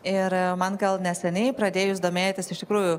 ir man gal neseniai pradėjus domėtis iš tikrųjų